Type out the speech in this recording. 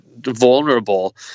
vulnerable